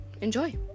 Enjoy